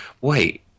Wait